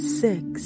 six